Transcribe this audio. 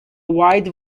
wide